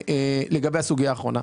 לגבי הסוגייה האחרונה.